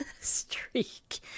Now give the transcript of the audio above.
streak